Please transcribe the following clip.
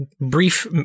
Brief